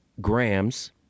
grams